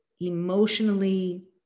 emotionally